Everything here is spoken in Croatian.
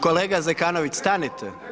Kolega Zekanović stanite.